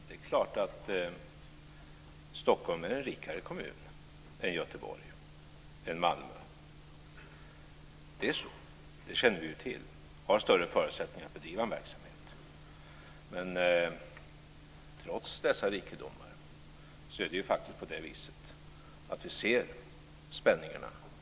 Fru talman! Stockholm är en rikare kommun än Göteborg och Malmö. Det är så - det känner vi ju till. Stockholm har större förutsättningar att bedriva verksamhet. Men trots dessa rikedomar ser vi spänningarna växa i Stockholm.